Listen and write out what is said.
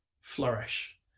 flourish